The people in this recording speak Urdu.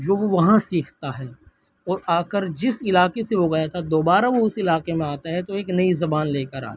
جو وہ وہاں سیکھتا ہے اور آ کر جس علاقے سے گیا تھا دوبارہ وہ اس علاقے میں آتا ہے تو ایک نئی زبان لے کر آتا ہے